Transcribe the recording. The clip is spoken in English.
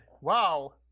Wow